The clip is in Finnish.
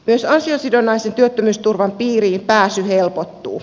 myös ansiosidonnaisen työttömyysturvan piiriin pääsy helpottuu